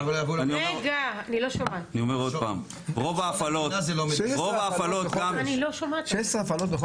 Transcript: רוב ההפעלות --- 16 הפעלות בחודש.